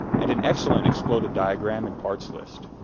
and an excellent exploded diagram and parts list.